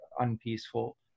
unpeaceful